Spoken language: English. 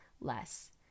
less